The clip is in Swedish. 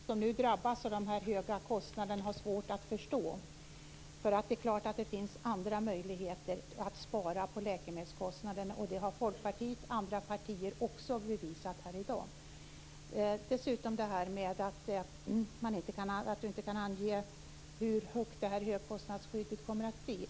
Fru talman! Detta var ett svar som de som drabbas av de höga kostnaderna har svårt att förstå. Det finns andra möjligheter att spara på läkemedelskostnaderna. Det har Folkpartiet och andra partier bevisat i dag. Sedan var det att Matz Hammarström inte kan ange hur högt högkostnadsskyddet kan bli.